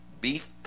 Beef